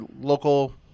local